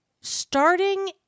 starting